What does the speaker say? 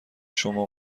شما